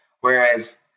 Whereas